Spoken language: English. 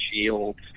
Shields